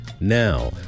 now